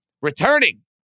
returning